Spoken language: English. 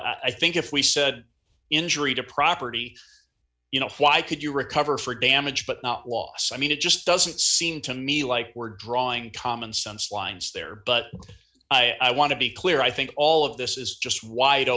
i think if we said injury to property you know why could you recover for damage but not loss i mean it just doesn't seem to me like we're drawing common sense lines there but i want to be clear i think all of this is just wide